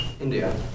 India